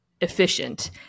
efficient